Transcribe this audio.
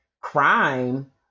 crime